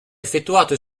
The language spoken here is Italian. effettuato